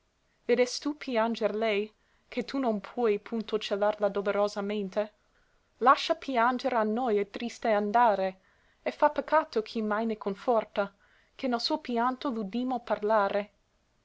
vedestù pianger lei che tu non pui punto celar la dolorosa mente lascia pianger a noi e triste andare e fa peccato chi mai ne conforta che nel suo pianto l'udimmo parlare